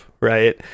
right